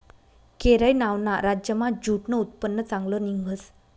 केरय नावना राज्यमा ज्यूटनं उत्पन्न चांगलं निंघस